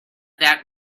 that